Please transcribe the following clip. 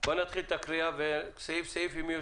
נתחיל את הקריאה סעיף-סעיף ואם יהיו